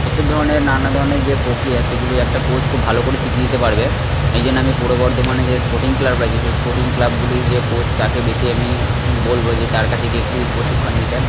এসব ধরনের নানা ধরনের যে প্রক্রিয়া সেগুলি একটা কোচ খুব ভালো করে শিখিয়ে দিতে পারবে এই জন্যে আমি পূর্ব বর্ধমানে যে স্পোর্টিং ক্লাবরা আছে সেই স্পোর্টিং ক্লাবগুলোয় যে কোচ তাকে বেশি আমি বলব যে তার কাছে গিয়ে একটু প্রশিক্ষণ নিতে